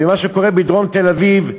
ומה שקורה בדרום תל-אביב,